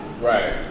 Right